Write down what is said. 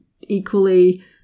equally